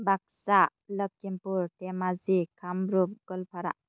Baksa Lakhimpur Dhemaji Kamrup Goalpara